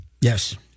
Yes